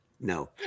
No